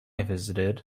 visited